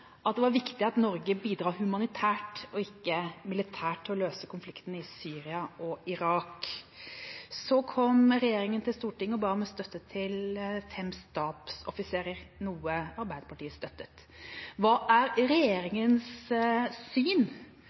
at det var viktig at Norge bidrar humanitært og ikke militært til å løse konfliktene i Syria og Irak. Så kom regjeringa til Stortinget og ba om støtte til fem stabsoffiserer, noe Arbeiderpartiet støttet. Hva er regjeringas syn